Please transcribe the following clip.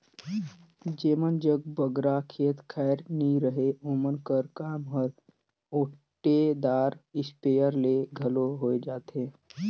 जेमन जग बगरा खेत खाएर नी रहें ओमन कर काम हर ओटेदार इस्पेयर ले घलो होए जाथे